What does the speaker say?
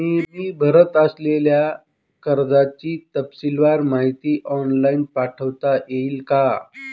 मी भरत असलेल्या कर्जाची तपशीलवार माहिती ऑनलाइन पाठवता येईल का?